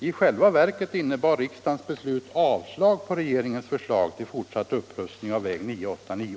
I själva verket innebar riksdagens beslut avslag på regeringens förslag till fortsatt upprustning av väg 989.